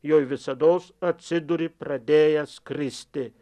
joj visados atsiduri pradėjęs kristi